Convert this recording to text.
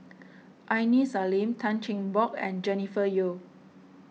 Aini Salim Tan Cheng Bock and Jennifer Yeo